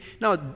Now